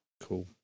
Cool